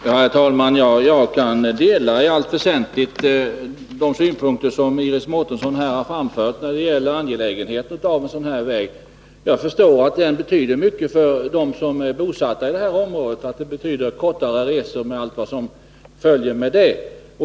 Herr talman! Jag delar i allt väsentligt de synpunkter som Iris Mårtensson här har framfört när det gäller angelägenheten av att göra den här vägen allmän. Jag förstår att den betyder mycket för dem som är bosatta i området, exempelvis kortare resor med allt vad som följer med det.